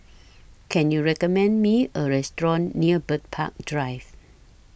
Can YOU recommend Me A Restaurant near Bird Park Drive